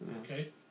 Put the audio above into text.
Okay